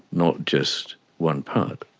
not just one part.